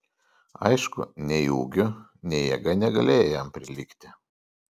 aišku nei ūgiu nei jėga negalėjo jam prilygti